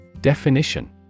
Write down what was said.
Definition